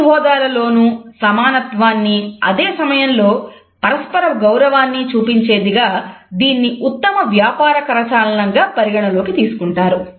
అన్ని హోదాలలోనూ సమానత్వాన్ని అదే సమయంలో పరస్పర గౌరవాన్ని చూపించేదిగా దీన్ని ఉత్తమ వ్యాపార కరచాలనం గా పరిగణలోకి తీసుకుంటారు